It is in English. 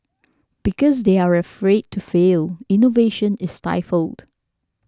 because they are afraid to fail innovation is stifled